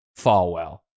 Falwell